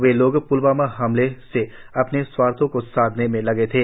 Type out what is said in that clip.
वे लोग प्लवामा हमले से अपने स्वार्थो को साधने में लगे थे